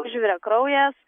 užvirė kraujas